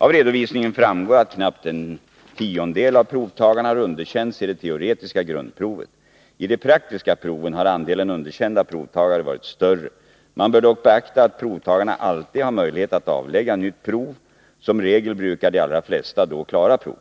Av redovisningen framgår att knappt en tiondel av provtagarna har underkänts i det teoretiska grundprovet. I de praktiska proven har andelen underkända provtagare varit större. Man bör dock beakta att provtagarna alltid har möjlighet att avlägga nytt prov. Som regel brukar de allra flesta då klara proven.